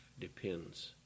depends